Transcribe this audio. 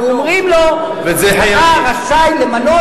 אנחנו אומרים לו: אתה רשאי למנות,